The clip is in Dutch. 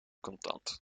contant